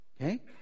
Okay